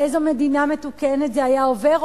באיזה מדינה מתוקנת זה היה עובר,